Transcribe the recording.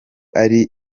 ari